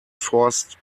forced